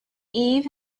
eve